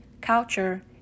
culture